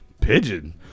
pigeon